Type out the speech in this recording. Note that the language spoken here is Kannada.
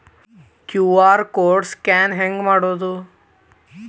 ಕ್ಯೂ.ಆರ್ ಕೋಡ್ ಸ್ಕ್ಯಾನ್ ಹೆಂಗ್ ಮಾಡೋದು?